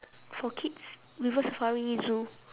for kids river-safari zoo